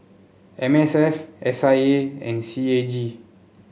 M S F S I A and C A G